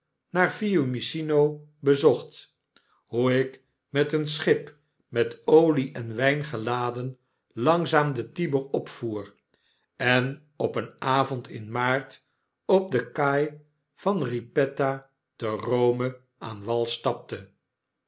naar fiumicino bezocht hoe ik met een schip met olie en wyn geladen langzaam den tiber opvoer en op een avond in maart op de kaai van riep pet te k o m e aan wal stapte